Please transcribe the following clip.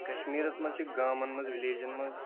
کَشمیٖرَس منٛز چھِ گامَن منٛز وِلیجَن منٛز